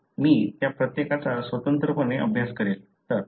मी त्या प्रत्येकाचा स्वतंत्रपणे अभ्यास करेन